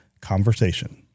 Conversation